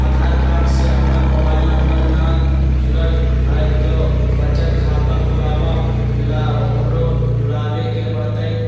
आधार card से हमर mobile number न जुरल है त बचत खाता खुलवा ला उकरो जुड़बे के पड़तई?